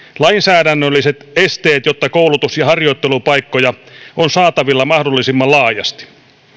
lainsäädännölliset esteet jotta koulutus ja harjoittelupaikkoja on saatavilla mahdollisimman laajasti